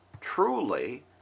truly